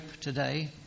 today